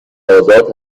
آزاد